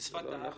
בשפת העם,